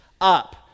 up